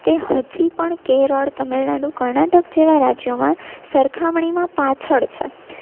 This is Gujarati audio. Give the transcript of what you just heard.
તે હજી પણ કેરળ તમિલનાડુ કર્ણાટક જેવાં રાજ્યોમાં સરખામણીમાં પાછળ છે